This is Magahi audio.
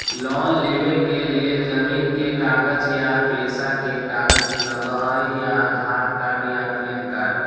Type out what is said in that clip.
लोन लेवेके लेल जमीन के कागज या पेशा के कागज लगहई या आधार कार्ड या पेन कार्ड?